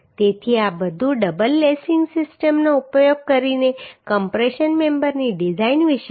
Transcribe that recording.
તેથી આ બધું ડબલ લેસિંગ સિસ્ટમનો ઉપયોગ કરીને કમ્પ્રેશન મેમ્બરની ડિઝાઇન વિશે છે